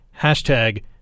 Hashtag